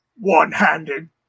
one-handed